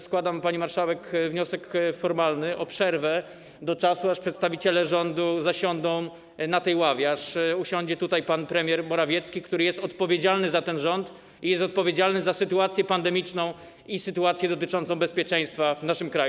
Składam, pani marszałek, wniosek formalny o przerwę do czasu, aż przedstawiciele rządu zasiądą na tej ławie, aż usiądzie tutaj pan premier Morawiecki, który jest odpowiedzialny za ten rząd i jest odpowiedzialny za sytuację pandemiczną i sytuację dotyczącą bezpieczeństwa w naszym kraju.